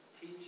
teach